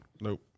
Nope